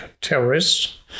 terrorists